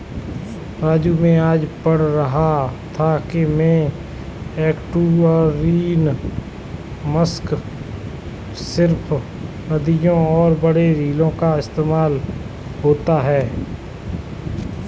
राजू मैं आज पढ़ रहा था कि में एस्टुअरीन मत्स्य सिर्फ नदियों और बड़े झीलों का इस्तेमाल होता है